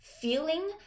feeling